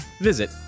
Visit